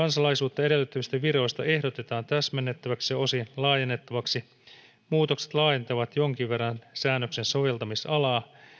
kansalaisuutta edellyttävistä viroista ehdotetaan täsmennettäväksi ja osin laajennettaviksi muutokset laajentavat jonkin verran säännöksen soveltamisalaa